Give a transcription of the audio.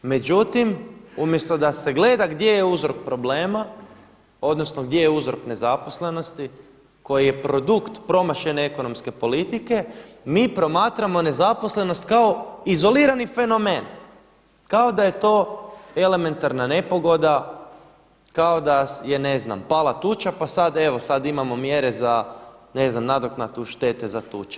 Međutim, umjesto da se gleda gdje je uzrok problema odnosno gdje je uzrok nezaposlenosti koji je produkt promašene ekonomske politike, mi promatramo nezaposlenost kao izolirani fenomen kao da je to elementarna nepogoda, kao da je ne znam pala tuča pa sada evo sada imamo mjere za nadoknadu štete za tuče.